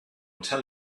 tell